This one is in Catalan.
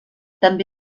també